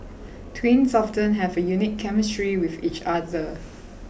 twins often have a unique chemistry with each other